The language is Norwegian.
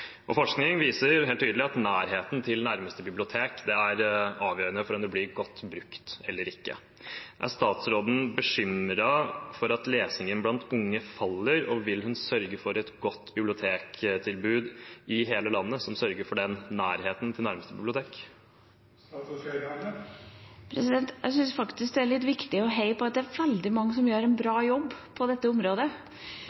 Forskning viser helt tydelig at nærhet til nærmeste bibliotek er avgjørende for om det blir godt brukt eller ikke. Er statsråden bekymret for at lesingen blant unge faller, og vil hun sørge for et godt bibliotektilbud i hele landet som sørger for nærhet til nærmeste bibliotek? Jeg syns det er litt viktig å heie på at det er veldig mange som gjør en bra